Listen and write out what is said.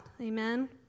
Amen